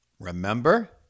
remember